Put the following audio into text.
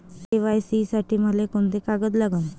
KYC साठी मले कोंते कागद लागन?